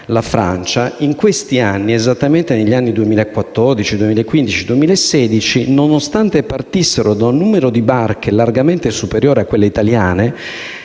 la Francia, in questi anni, esattamente nel 2014, nel 2015 e nel 2016, nonostante partissero da un numero di barche largamente superiori a quelle italiane